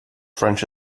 french